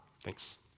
Thanks